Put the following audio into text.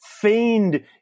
feigned